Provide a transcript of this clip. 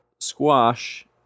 squash